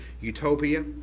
utopia